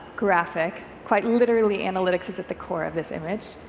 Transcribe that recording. graphic, quite literally analytics is at the core of this image,